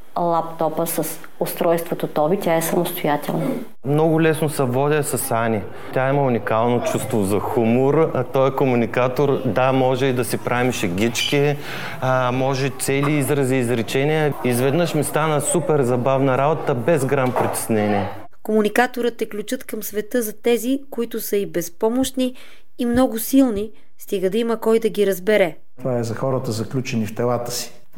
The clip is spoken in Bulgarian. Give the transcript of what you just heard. Лаптопа с устройството Тоби, тя е самостоятелна. Много лесно се водя с Ани. Тя има уникално чувство за хумор, а той е комуникатор. Да, може и да си правим шегички, а, може цели изрази, изречения. Изведнъж ми стана супер забавна работа, без грам притеснение. Комуникаторът е ключът към света за тези, които са и безпомощни, и много силни. Стига да има кой да ги разбере. Това е за хората, заключени в телата си.